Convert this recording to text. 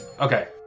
Okay